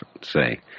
say